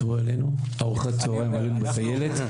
תבוא אלינו, ארוחת צוהריים עלינו בטיילת.